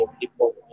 people